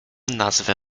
nazwę